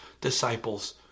disciples